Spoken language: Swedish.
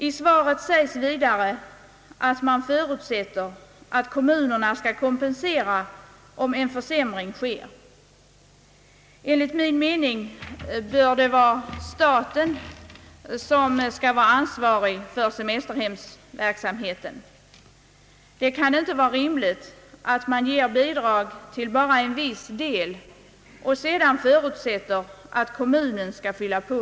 I svaret sägs vidare att man förutsätter att kommunerna skall kompensera den försämring som kan ske. Enligt min mening är det staten som bör vara ansvarig för semesterhemsverksamheten. Det kan inte vara rimligt att man ger bidrag till bara en viss del och sedan förutsätter att kommunerna skall fylla på.